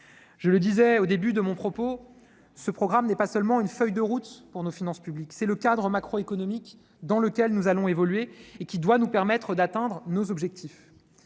Je l'ai indiqué au début de mon propos : ce programme n'est pas seulement une feuille de route pour nos finances publiques, c'est le cadre macroéconomique dans lequel nous allons évoluer et qui doit nous permettre d'atteindre nos objectifs.